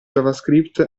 javascript